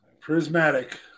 Prismatic